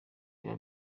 biba